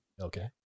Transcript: Okay